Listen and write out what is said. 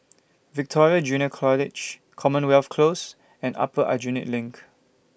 Victoria Junior College Commonwealth Close and Upper Aljunied LINK